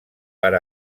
per